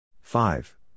five